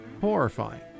Horrifying